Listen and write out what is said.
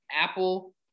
Apple